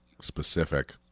specific